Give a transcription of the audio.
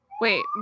Wait